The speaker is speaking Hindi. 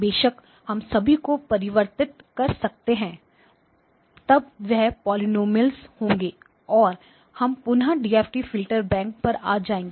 बेशक हम सभी को परिवर्तित कर सकते हैं तब वह पॉलिनॉमियल्स होंगे और हम पुन्हा डीएफटी फिल्टर बैंक पर आ जाएंगे